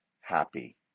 happy